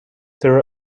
there